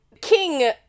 king